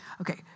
Okay